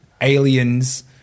aliens